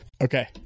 Okay